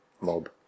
mob